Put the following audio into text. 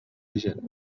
vigent